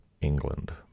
England